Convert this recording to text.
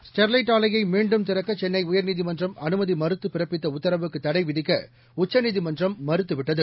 Sterlite ஆலையை மீண்டும் திறக்க சென்ளை உயர்நீதிமன்றம் அனுமதி மறுத்து பிறப்பித்த உத்தரவுக்கு தடை விதிக்க உச்சநீதிமன்றம் மறுத்துவிட்டது